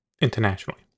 internationally